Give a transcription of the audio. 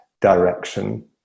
direction